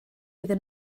iddyn